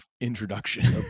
introduction